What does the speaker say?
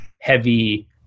heavy